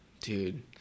Dude